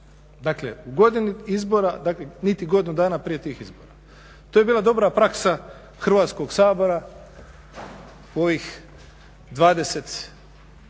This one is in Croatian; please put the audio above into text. dakle niti godinu dana prije tih izbora. To je bila dobra praksa Hrvatskog sabora u ovih 20